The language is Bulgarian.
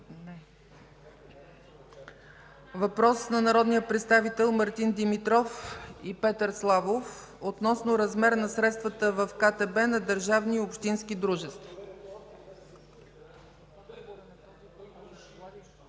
Въпрос на народния представител Мартин Димитров и Петър Славов относно размера на средствата в КТБ на държавни и общински дружества.